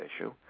issue